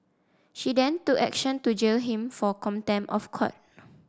she then took action to jail him for contempt of court